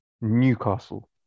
Newcastle